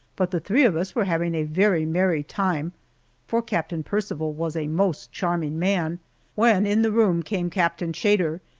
but the three of us were having a very merry time for captain percival was a most charming man when in the room came captain chater,